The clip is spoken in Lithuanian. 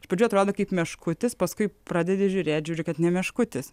iš pradžių atrodo kaip meškutis paskui pradedi žiūrėt žiūri kad ne meškutis